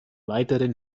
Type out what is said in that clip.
weiteren